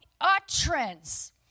utterance